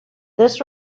this